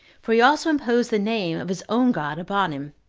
for he also imposed the name, of his own god upon him,